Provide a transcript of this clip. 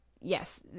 yes